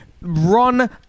Ron